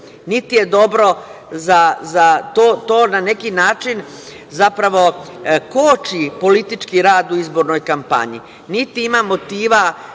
Niti je dobro za, to na neki način koči politički rad u izbornoj kampanji. Niti ima motiva